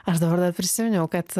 aš dabar dar prisiminiau kad